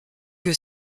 que